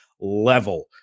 level